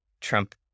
Trump